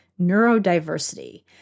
neurodiversity